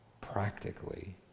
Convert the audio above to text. practically